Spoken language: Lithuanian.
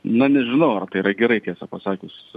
na nežinau ar tai yra gerai tiesa pasakius